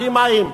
בלי מים,